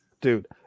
Dude